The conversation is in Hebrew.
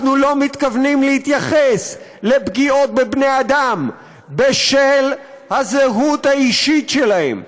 אנחנו לא מתכוונים להתייחס לפגיעות בבני אדם בשל הזהות האישית שלהם,